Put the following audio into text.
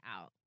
out